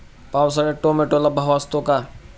पावसाळ्यात टोमॅटोला भाव असतो का?